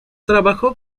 trabajó